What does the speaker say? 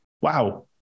wow